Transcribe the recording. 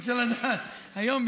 אי-אפשר לדעת היום,